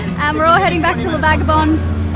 and we're all heading back to la vagabonde.